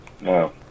no